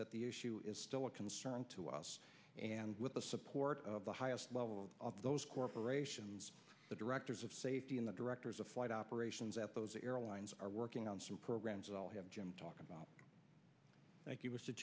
that the issue is still a concern to us and with the support of the highest level of those corporations the directors of safety and the directors of flight operations at those airlines are working on some programs i'll have jim talk about